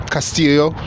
Castillo